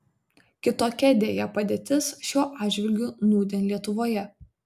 kitokia deja padėtis šiuo atžvilgiu nūdien lietuvoje